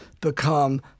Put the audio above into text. become